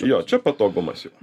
jo čia patogumas jau